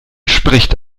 spricht